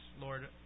Lord